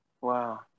Wow